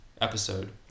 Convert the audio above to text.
episode